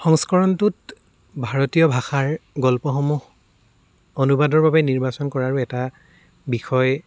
সংস্কৰণটোত ভাৰতীয় ভাষাৰ গল্পসমূহ অনুবাদৰ বাবে নিৰ্বাচন কৰাৰো এটা বিষয়